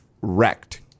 wrecked